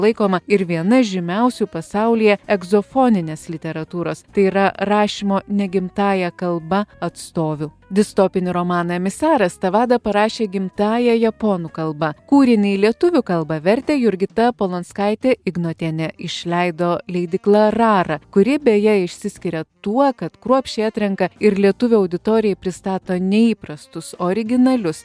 laikoma ir viena žymiausių pasaulyje egzofoninės literatūros tai yra rašymo negimtąja kalba atstovių distopinį romaną emisaras tavada parašė gimtąja japonų kalba kūrinį į lietuvių kalbą vertė jurgita polonskaitė ignotienė išleido leidykla rara kuri beje išsiskiria tuo kad kruopščiai atrenka ir lietuvių auditorijai pristato neįprastus originalius